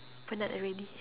penat already